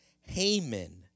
Haman